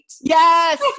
Yes